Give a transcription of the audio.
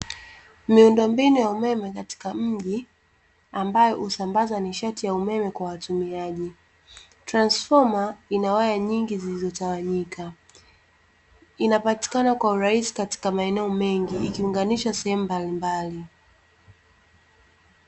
Miundombinu ya umeme katika mji ambayo husambaza nishati ya umeme kwa watumiaji. Transfoma ina waya nyingi zilizotawanyika, inapatikana kwa urahisi katika maeneo mengi ikiunganisha sehemu mbalimbali.